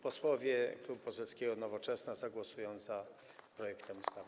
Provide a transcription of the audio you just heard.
Posłowie Klubu Poselskiego Nowoczesna zagłosują za projektem ustawy.